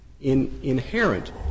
inherent